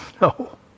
No